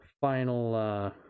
final